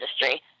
industry